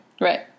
Right